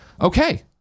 okay